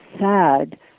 sad